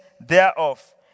thereof